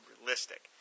realistic